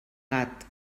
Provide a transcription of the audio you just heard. gat